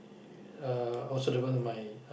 uh also develop my